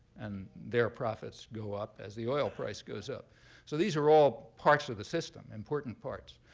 and their profits go up as the oil price goes up. so these are all parts of the system, important parts.